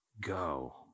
Go